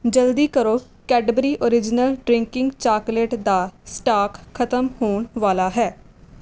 ਜਲਦੀ ਕਰੋ Cadbury original drinking chocolate ਦਾ ਸਟਾਕ ਖਤਮ ਹੋਣ ਵਾਲਾ ਹੈ